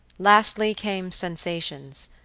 lastly came sensations.